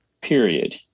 period